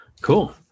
cool